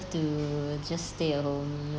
to just stay at home